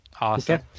Awesome